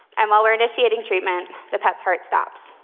and while we're initiating treatment, the pet's heart stops.